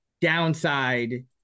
downside